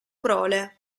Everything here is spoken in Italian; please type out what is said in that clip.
prole